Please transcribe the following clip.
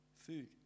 food